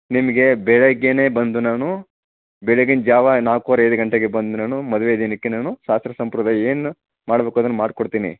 ನಿಮಗೆ ಬೆಳಗ್ಗೆನೇ ಬಂದು ನಾನು ಬೆಳಗಿನ ಜಾವ ನಾಲ್ಕುವರೆ ಐದು ಗಂಟೆಗೆ ಬಂದು ನಾನು ಮದುವೆ ದಿನಕ್ಕೆ ನಾನು ಶಾಸ್ತ್ರ ಸಂಪ್ರದಾಯ ಏನು ಮಾಡಬೇಕೊ ಅದನ್ನು ಮಾಡಿ ಕೊಡ್ತೀನಿ